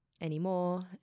anymore